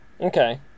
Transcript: Okay